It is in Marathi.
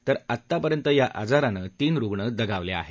तर आत्तापर्यंत या आजारानं तीन रुग्ण दगावले आहे